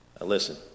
listen